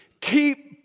Keep